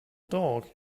dog